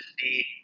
see